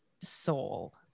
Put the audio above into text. soul